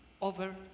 over